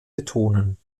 betonen